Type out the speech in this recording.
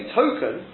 token